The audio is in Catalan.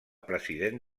president